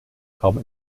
kaum